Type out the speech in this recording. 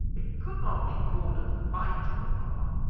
it could not be called a fight, papa,